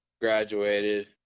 graduated